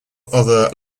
other